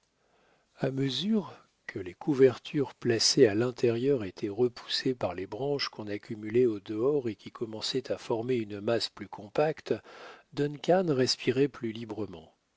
à mesure que les couvertures placées à l'intérieur étaient repoussées par les branches qu'on accumulait au dehors et qui commençaient à former une masse plus compacte duncan respirait plus librement